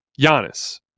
Giannis